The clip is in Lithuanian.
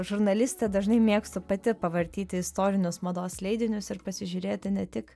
žurnalistė dažnai mėgstu pati pavartyti istorinius mados leidinius ir pasižiūrėti ne tik